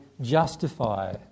justify